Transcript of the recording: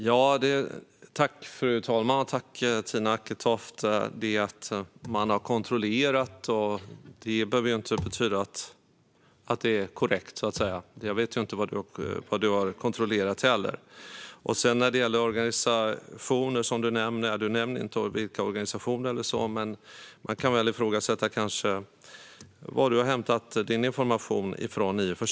Fru talman! Tack, Tina Acketoft! Att man har kontrollerat något behöver ju inte betyda att det är korrekt. Jag vet heller inte vad du har kontrollerat. Du nämner organisationer. Du säger inte vilka, men man kan kanske ifrågasätta varifrån du hämtat din information.